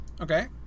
Okay